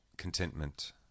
contentment